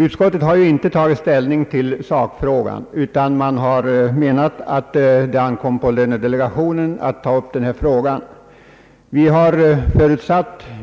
Utskottet har inte tagit ställning till sakfrågan utan har antytt att det ankommer på lönedelegationen att ta upp denna fråga.